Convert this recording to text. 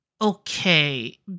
okay